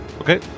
Okay